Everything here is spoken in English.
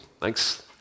thanks